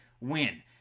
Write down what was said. Win